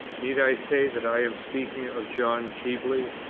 need i say that i am speaking of john keble?